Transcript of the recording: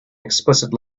explicit